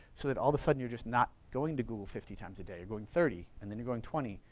so that all of a sudden you're just not going to google fifty times a day, you're going thirty, and then you're going twenty,